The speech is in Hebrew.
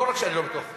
לא רק שאני לא בטוח,